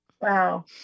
Wow